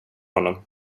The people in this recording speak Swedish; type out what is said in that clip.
honom